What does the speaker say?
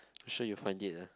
sure you find it ah